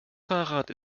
fahrrad